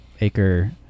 acre